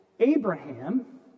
Abraham